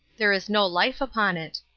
there is no life upon it.